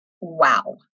Wow